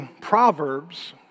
Proverbs